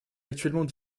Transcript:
actuellement